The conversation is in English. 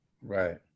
Right